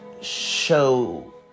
show